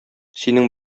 синең